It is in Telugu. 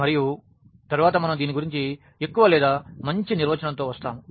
మరియు తరువాత మనం దీని గురించి స్పష్టమైన నిర్వచనంతో వస్తాము